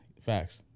facts